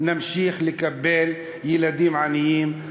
נמשיך לקבל ילדים עניים,